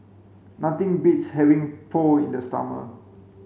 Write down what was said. nothing beats having Pho in the summer